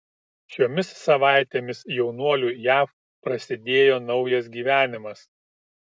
šiomis savaitėmis jaunuoliui jav prasidėjo naujas gyvenimas